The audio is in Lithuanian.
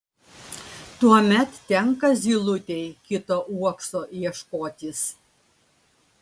tuomet tenka zylutei kito uokso ieškotis